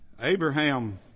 Abraham